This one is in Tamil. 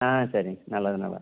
ஆ சரிங்க நல்லது நல்லது